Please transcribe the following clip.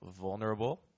vulnerable